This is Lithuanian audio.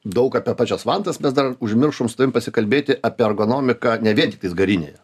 daug apie pačias vantas mes dar užmiršom su tavim pasikalbėti apie ergonomiką ne vien tiktais garinėje